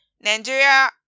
Nigeria